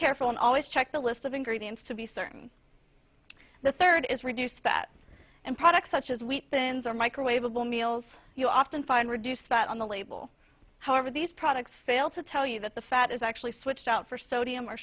careful and always check the list of ingredients to be certain the third is reduced fat and products such as wheat thins or microwaveable meals you often find reduced spot on the label however these products fail to tell you that the fat is actually switched out for sodium or